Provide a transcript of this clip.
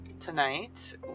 tonight